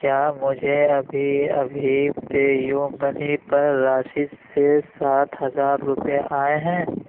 کیا مجھے ابھی ابھی پے یو منی پر راشد سے سات ہزار روپے آئے ہیں